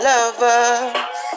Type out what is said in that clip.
Lovers